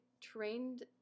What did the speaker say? trained